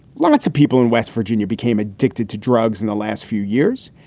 lots of people in west virginia became addicted to drugs in the last few years.